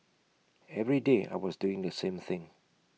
every day I was doing the same thing